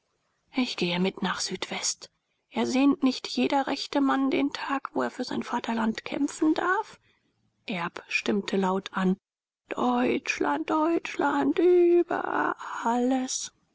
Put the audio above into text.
ich gehe mit nach südwest ersehnt nicht jeder rechte mann den tag wo er für sein vaterland kämpfen darf erb stimmte laut an deutschland deutschland über alles